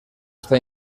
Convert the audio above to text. está